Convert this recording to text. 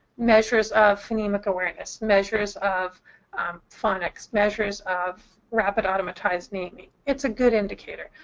measures of phonemic awareness, measures of phonics, measures of rapid automatized naming. it's a good indicator.